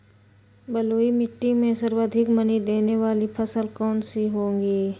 बलुई मिट्टी में सर्वाधिक मनी देने वाली फसल कौन सी होंगी?